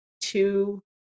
two